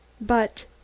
But